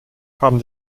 haben